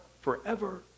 forever